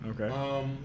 Okay